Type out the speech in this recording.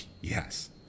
yes